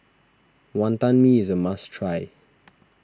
Wantan Mee is a must try